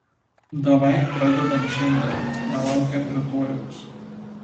davai pradedam šiandien nelaukiam rytojaus